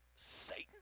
Satan